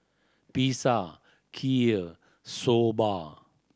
Pizza Kheer Soba